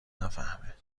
نفهمه